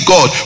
God